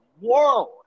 world